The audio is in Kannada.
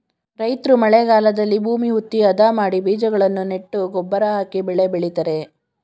ರೈತ್ರು ಮಳೆಗಾಲದಲ್ಲಿ ಭೂಮಿ ಹುತ್ತಿ, ಅದ ಮಾಡಿ ಬೀಜಗಳನ್ನು ನೆಟ್ಟು ಗೊಬ್ಬರ ಹಾಕಿ ಬೆಳೆ ಬೆಳಿತರೆ